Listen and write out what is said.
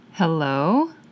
Hello